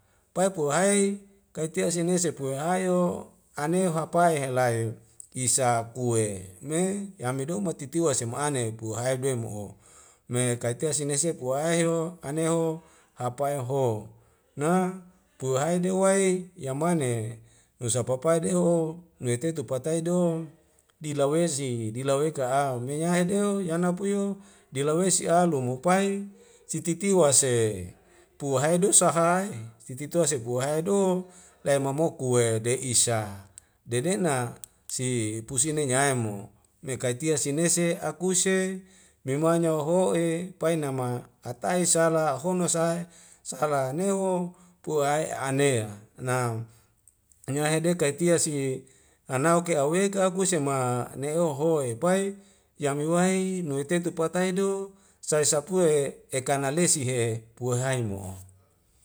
Pae puhai kaitia senesepu wehai yo ane hapae helai kisa kue me yamido matitiwa si ma'ane puhae bemo me kaitea sinaseak wae ahiro aneho hapai ho na puhae dewai yamane nusa papai de ho nuwe tetu patai dong dila wezi dila weka au menyahedeo yana puyu dila wese alu mopai sititiwa se puhae do sahae sitituwa sepu'wahai do lai mamoko we de'i sa dedena si pusi nai nya aemo mekaitia sinese akuse memaunya hoho'e painama ataisala hono sae sala neu ho pua ae anea na nyahede kaitia si hanauk ke aweka kuse ma ne'o hoe pae yami wae nuwetetu patai do sai sapue ekana lesi hehe pua hae mo'o